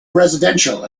residential